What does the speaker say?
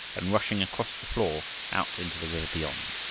and rushing across the floor out into the river beyond.